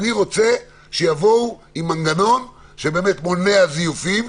אני רוצה שיבואו עם מנגנון שמונע זיופים,